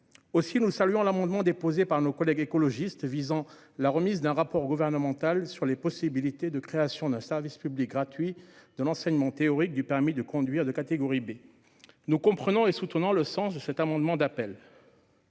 Aussi, nous saluons l'amendement de nos collègues écologistes tendant à la remise d'un rapport gouvernemental sur les possibilités de création d'un service public gratuit de l'enseignement théorique du permis de conduire de catégorie B. Nous comprenons le sens de cet amendement d'appel,